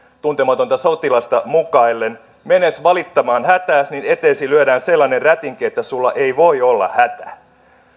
tuntematonta sotilasta mukaillen menes valittamaan hätääs niin eteesi lyödään sellainen rätinki että sulla ei voi olla hätä